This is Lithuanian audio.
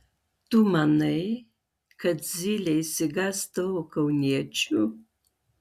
tu manai kad zylė išsigąs tavo kauniečių